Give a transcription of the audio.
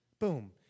Boom